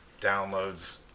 downloads